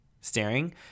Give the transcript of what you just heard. staring